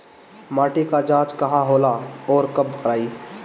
माटी क जांच कहाँ होला अउर कब कराई?